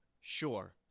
Sure